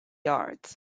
yards